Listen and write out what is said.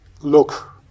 look